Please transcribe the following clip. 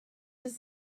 does